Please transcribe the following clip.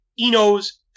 Eno's